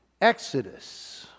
Exodus